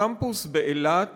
הקמפוס באילת